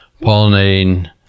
pollinating